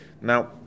Now